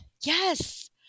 Yes